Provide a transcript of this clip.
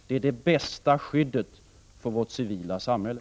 Det är det bästa skyddet för vårt civila samhälle.